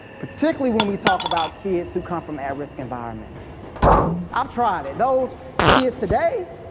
particularly when we talk about kids who come from at-risk environments i've tried it. those kids today,